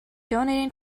donating